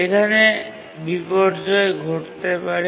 এখানে বিপর্যয় ঘটতে পারে